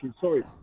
Sorry